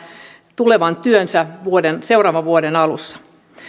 tulevan työnsä seuraavan vuoden alussa